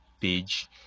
page